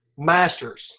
masters